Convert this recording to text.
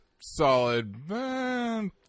solid